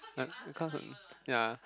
becuase um yeah